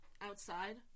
outside